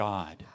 God